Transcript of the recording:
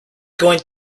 going